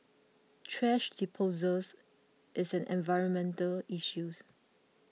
thrash disposals is an environmental issues